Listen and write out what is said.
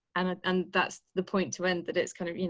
and ah and that's the point to end that. it's kind of, you know,